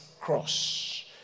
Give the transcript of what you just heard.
cross